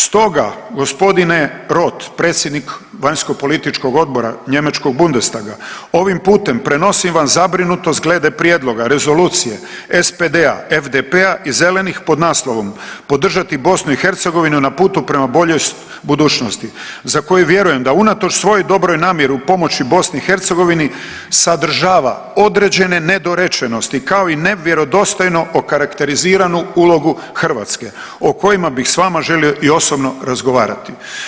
Stoga gospodine Roth predsjednik Vanjskopolitičkog odbora njemačkog Bundestaga ovim putem prenosim vam zabrinutost glede prijedloga Rezolucije SPD-a FDP-a i Zelenih pod naslovom: „Podržati Bosnu i Hercegovinu na putu prema boljoj budućnosti za koju vjerujem da unatoč svoj dobroj namjeri u pomoći Bosni i Hercegovini sadržava određene nedorečenosti kao i nevjerodostojno okarakteriziranu ulogu Hrvatske o kojima bi s vama želio i osobno razgovarati.